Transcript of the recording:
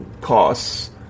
costs